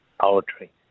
poetry